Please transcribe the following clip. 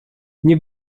nie